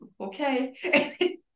okay